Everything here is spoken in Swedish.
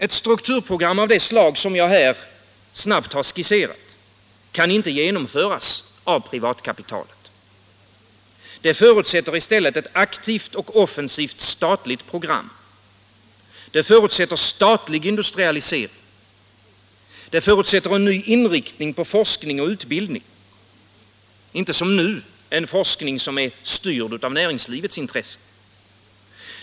Ett strukturprogram av det slag som jag här kort skisserat kan inte genomföras av privatkapitalet. Det förutsätter i stället ett aktivt och offensivt statligt program. Det förutsätter statlig industrialisering. Det förutsätter en ny inriktning på forskning och utbildning, så att vi inte som nu får en forskning som är styrd av näringslivets intressen.